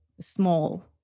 small